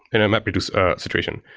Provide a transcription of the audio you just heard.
in a mapreduce situation.